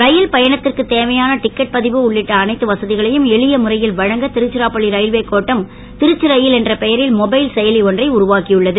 ரயில் பயணத்திற்கு தேவையான டிக்கெட் பதிவு உள்ளிட்ட அனைத்து வசதிகளையும் எளிய முறையில் வழங்க திருச்சிராப்பள்ளி ரயில்வே கோட்டம் திருச்சி ரயில் என்ற பெயரில் மொபைல் செயலி ஒன்றை உருவாக்கியுள்ளது